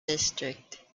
district